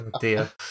dear